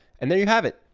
and there you have it.